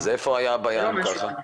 אז איפה הייתה הבעיה אם כך?